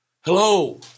Hello